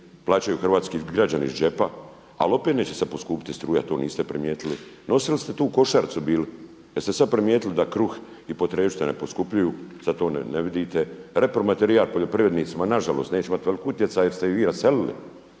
plaćaju hrvatski građani iz džepa, ali opet neće sad poskupiti struja, to niste primijetili. Nosili ste tu košaricu bili. Jeste li sad primijetili da kruh i potrepštine poskupljuju, zar to ne vidite? Repromaterijal poljoprivrednicima nažalost neće imati velik utjecaj jer ste vi raselili,